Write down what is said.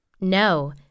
No